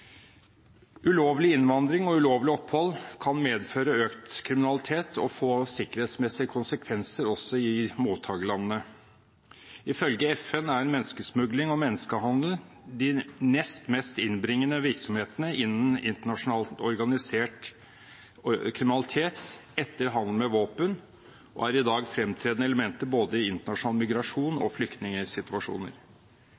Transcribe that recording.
Ulovlig innvandring og ulovlig opphold kan medføre økt kriminalitet og få sikkerhetsmessige konsekvenser også i mottakerlandene. Ifølge FN er menneskesmugling og menneskehandel de nest mest innbringende virksomhetene innen internasjonal organisert kriminalitet, etter handel med våpen, og er i dag fremtredende elementer i både internasjonal migrasjon og flyktningsituasjoner.